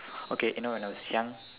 okay you know when I was young